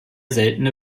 seltene